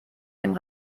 dem